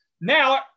Now